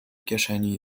kieszeni